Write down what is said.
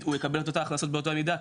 הוא יקבל את אותן הכנסות באותה מידה,